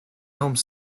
home